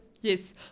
yes